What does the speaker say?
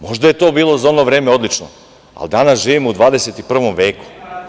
Možda je to bilo za ono vreme odlično, ali danas živimo u 21. veku.